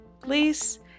please